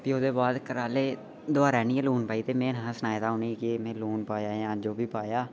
फ्ही ओह्दे बाद घरा आह्ले दबारा आह्नियै लून पाई गे में नेई हा सनाए दा के में लून पाया जो बी पाया ओह्